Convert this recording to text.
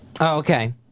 okay